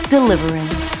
Deliverance